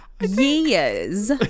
Years